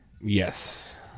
Yes